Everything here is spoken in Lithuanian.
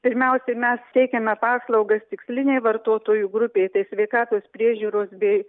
pirmiausiai mes teikiame paslaugas tikslinei vartotojų grupei tai sveikatos priežiūros bei